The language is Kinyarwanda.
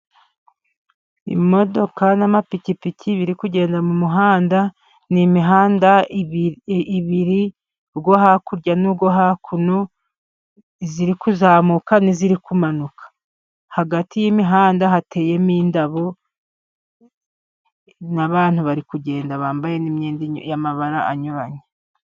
Imodoka n'amapikipiki biri kugenda mu muhanda, ni imihanda ibiri, uwo hakurya n'uwo hakuno, ziri kuzamuka n'iziri kumanuka. Hagati y'imihanda hateyemo indabo, n'abantu bari kugenda bambaye n'imyenda y'amabara anyuranye.